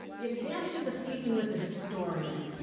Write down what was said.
the advantages of sleeping with a historian,